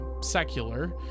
secular